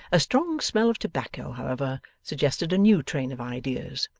a strong smell of tobacco, however, suggested a new train of ideas,